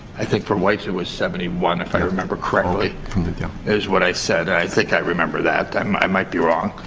i think for whites it was seventy one, if i remember correctly, is what i said. i think i remember that. i um i might be wrong.